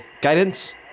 guidance